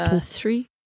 Three